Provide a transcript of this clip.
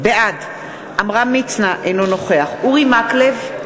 בעד עמרם מצנע, אינו נוכח אורי מקלב,